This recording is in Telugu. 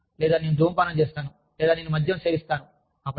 మరియు లేదా నేను ధూమపానం చేస్తాను లేదా నేను మద్యం సేవించాను